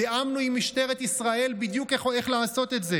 תיאמנו עם משטרת ישראל איך לעשות את זה